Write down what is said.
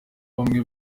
bamwe